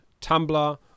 Tumblr